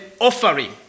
offering